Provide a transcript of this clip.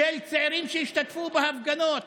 של צעירים שהשתתפו בהפגנות,